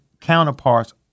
counterparts